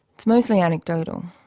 it's mostly anecdotal,